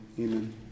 amen